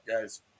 Guys